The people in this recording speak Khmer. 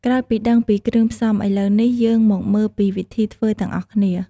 ក្រោយពីដឹងពីគ្រឿងផ្សំ ឥឡូវនេះ យើងមកមើលពីវិធីធ្វើទាំងអស់គ្នា។